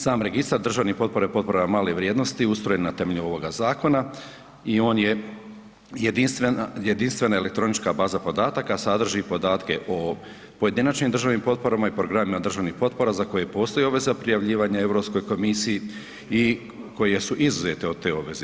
Sam Registar državnih potpora i potpora male vrijednosti ustrojen na temelju ovoga zakona i on je jedinstvena elektronička baza podatka, sadrži podatke o pojedinačnim držanim potporama i programima državnih potpora za postoji obveza prijavljivanja Europskoj komisiji i koji je izuzet od te obveze.